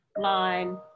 line